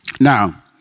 Now